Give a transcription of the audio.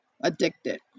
addicted